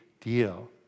deal